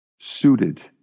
suited